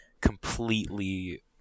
completely